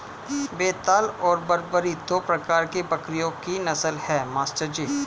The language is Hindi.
बेताल और बरबरी दो प्रकार के बकरियों की नस्ल है मास्टर जी